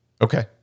Okay